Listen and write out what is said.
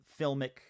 filmic